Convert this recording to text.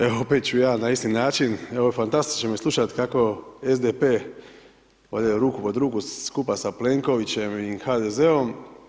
Evo opet ću ja na isti način, evo fantastično mi je slušati, kako SDP ode ruku pod ruku skupa sa Plenkovićem i HDZ-om.